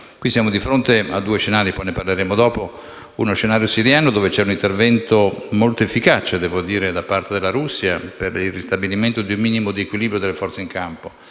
Siamo di fronte a due scenari: uno è quello siriano, di cui parleremo tra poco, dove c'è un intervento molto efficace, devo dire, da parte della Russia per il ristabilimento di un minimo di equilibrio delle forze in campo.